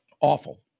Awful